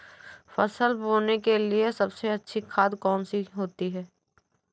फसल बोने के लिए सबसे अच्छी खाद कौन सी होती है?